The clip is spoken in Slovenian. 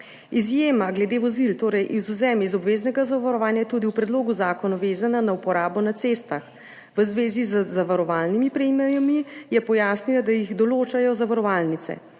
Izjema glede vozil, torej izvzem iz obveznega zavarovanja, je tudi v predlogu zakona vezana na uporabo na cestah. V zvezi z zavarovalnimi premijami je pojasnila, da jih določajo zavarovalnice.